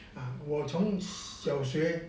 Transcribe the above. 啊我从小学